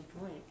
point